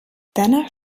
danach